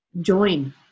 Join